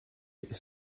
est